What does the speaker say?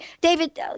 David